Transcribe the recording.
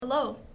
Hello